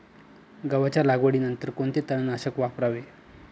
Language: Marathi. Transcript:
गव्हाच्या लागवडीनंतर कोणते तणनाशक वापरावे?